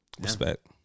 Respect